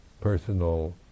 personal